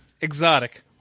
Exotic